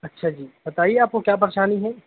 اچھا جی بتائیے آپ کو کیا پریشانی ہے